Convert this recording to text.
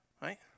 Right